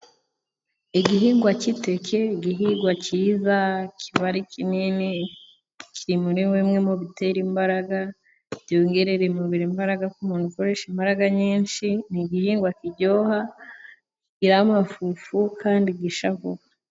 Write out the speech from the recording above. Igihingwa cy'iteke igihingwa cyiza kiba ari kinini, kiba muri bimwe mu bitera imbaraga byongerera umubiri imbaraga ku muntu ukoresha imbaraga nyinshi; ni igihingwa kiryoha kigira amafufu kandi gisha vuba.